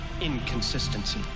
inconsistency